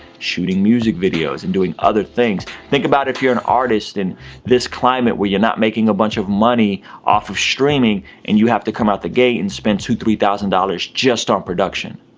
shooting music videos and doing other things. think about if you're an artist in this climate where you're not making a bunch of money off of streaming and you have to come out the gate and spend two, three thousand dollars just on production,